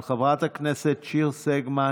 של חברת הכנסת שיר סגמן.